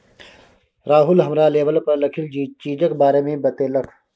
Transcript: राहुल हमरा लेवल पर लिखल चीजक बारे मे बतेलक